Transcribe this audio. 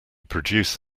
produce